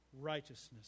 righteousness